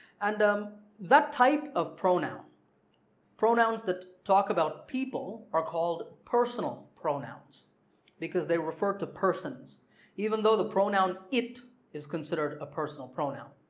and um that type of pronoun pronouns that talk about people are called personal pronouns because they refer to persons even though the pronoun it is considered a personal pronoun.